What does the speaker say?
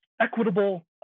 equitable